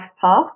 path